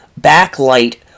backlight